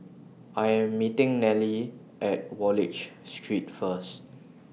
I Am meeting Nellie At Wallich Street First